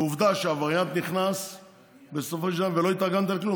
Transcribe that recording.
עובדה שהווריאנט נכנס בסופו של דבר ולא התארגנת לכלום.